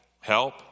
help